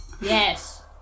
Yes